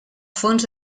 fons